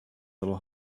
little